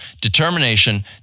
determination